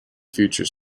future